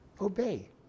obey